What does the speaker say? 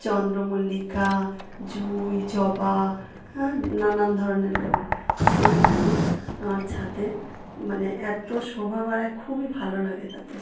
চন্দ্রমল্লিকা জুঁই জবা হ্যাঁ নানান ধরনের ফুল সেই ফুল আমার ছাদে মানে এতো শোভা বাড়ায় খুবই ভালো লাগে তাতে